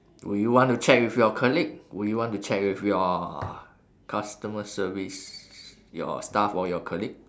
would you want to check with your colleague would you want to check with your customer service your staff or your colleague